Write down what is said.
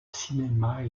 cinéma